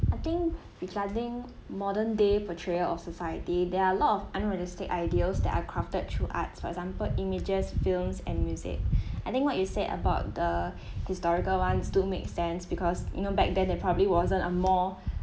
I think regarding modern day portrayal of society there are lot of unrealistic ideas that are crafted through arts for example images films and music I think what you said about the historical ones do make sense because you know back then there probably wasn't a more